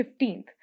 15th